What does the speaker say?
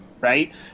right